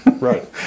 right